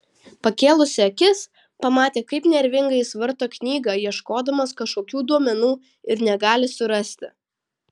pakėlusi akis pamatė kaip nervingai jis varto knygą ieškodamas kažkokių duomenų ir negali surasti